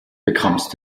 bekommst